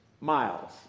miles